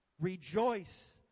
Rejoice